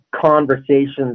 conversations